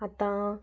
आतां